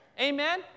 Amen